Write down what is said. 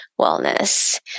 wellness